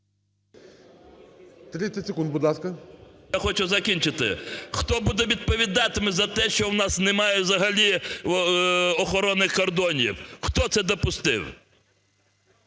30 секунд, будь ласка. ЧУБАРОВ Р.А. Я хочу закінчити. Хто буде відповідати за те, що у нас немає взагалі охорони кордонів? Хто це допустив?